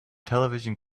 television